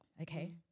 okay